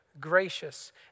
gracious